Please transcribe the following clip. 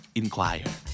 inquire